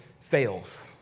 fails